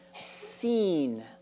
seen